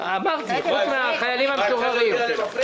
אנחנו גם עם החיילים המשוחררים.